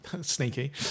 Sneaky